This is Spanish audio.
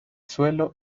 suelo